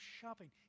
shopping